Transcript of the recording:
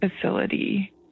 facility